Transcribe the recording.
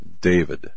David